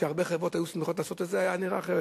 הרבה חברות היו שמחות לעשות את זה וזה היה נראה אחרת.